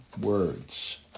words